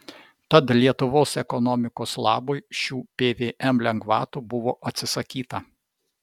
tad lietuvos ekonomikos labui šių pvm lengvatų buvo atsisakyta